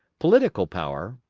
political power,